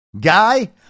guy